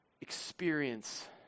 experience